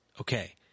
Okay